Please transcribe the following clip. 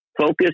Focus